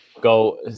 go